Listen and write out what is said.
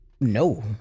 No